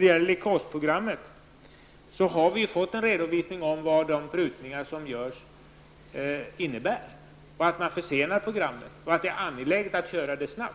Beträffande leukosprogrammet har vi fått redovisat vad de prutningar som görs innebär. Bl.a. försenas programmet, trots att det är angeläget att snabbt